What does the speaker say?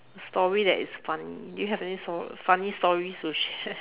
a story that is funny do you have any fun funny story to share